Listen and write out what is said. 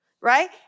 right